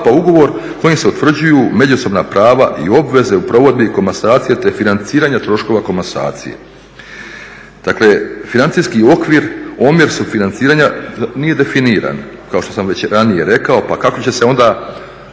ugovor kojim se utvrđuju međusobna prava i obveze u provedbi komasacije te financiranja troškova komasacije. Dakle financijski okvir, omjer sufinanciranja nije definiran, kao što sam već ranije rekao, pa kako će se onda,